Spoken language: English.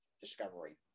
Discovery